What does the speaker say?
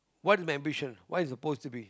what my ambition what it's supposed to be